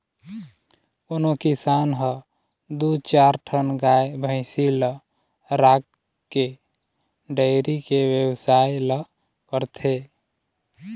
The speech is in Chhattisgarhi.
कोनो किसान ह दू चार ठन गाय भइसी ल राखके डेयरी के बेवसाय ल करथे